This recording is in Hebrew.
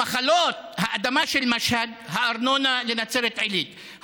המחלות, האדמה, של משהד, הארנונה, לנצרת עילית.